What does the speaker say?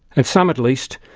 and some, at least,